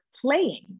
playing